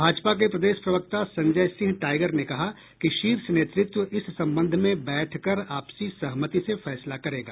भाजपा के प्रदेश प्रवक्ता संजय सिंह टाईगर ने कहा कि शीर्ष नेतृत्व इस संबंध में बैठकर आपसी सहमति से फैसला करेगा